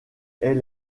est